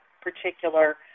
particular